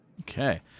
Okay